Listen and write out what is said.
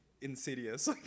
insidious